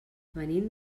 venim